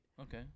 Okay